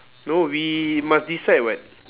no we must decide what